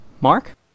Mark